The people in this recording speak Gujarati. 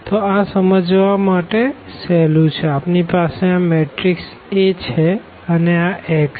તો આ સમજવા માટે સહેલું છે આપણી પાસે આ મેટ્રીક્સA છે અને આ x